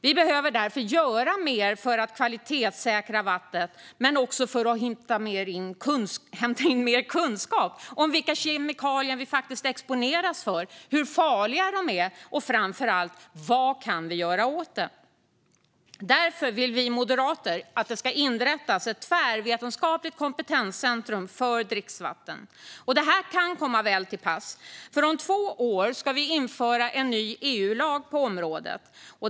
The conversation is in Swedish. Vi behöver därför göra mer för att kvalitetssäkra vattnet men också för att inhämta mer kunskap om vilka kemikalier vi exponeras för, hur farliga de är och framför allt vad vi kan göra åt dem. Därför vill vi moderater att det ska inrättas ett tvärvetenskapligt kompetenscentrum för dricksvatten. Detta kan komma väl till pass, för om två år ska vi införa en ny EU-lag på området.